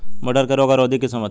मटर के रोग अवरोधी किस्म बताई?